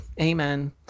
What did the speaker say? Amen